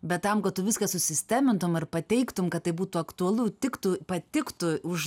bet tam kad tu viską susistemintum ir pateiktum kad tai būtų aktualu tiktų patiktų už